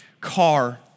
car